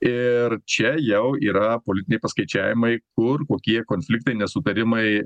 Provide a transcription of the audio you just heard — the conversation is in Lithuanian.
ir čia jau yra politiniai paskaičiavimai kur kokie konfliktai nesutarimai